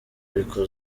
ariko